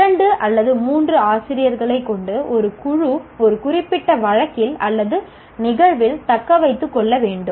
இரண்டு அல்லது மூன்று ஆசிரியர்களைக் கொண்டு ஒரு குழு ஒரு குறிப்பிட்ட வழக்கில் நிகழ்வில் தக்கவைத்துக் கொள்ளவேண்டும்